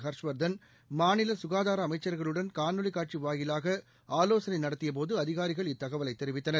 ஹர்ஷ்வர்தன் மாநில சுகாதார அமைச்ச்களுடன் காணொலி காட்சி வாயிலாக ஆலோசனை நடத்திய போது அதிகாரிகள் இத்தகவலை தெரிவித்தனர்